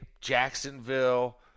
Jacksonville